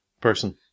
person